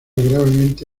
gravemente